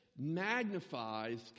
magnifies